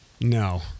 No